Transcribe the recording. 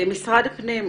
משרד הפנים.